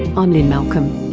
i'm lynne malcolm.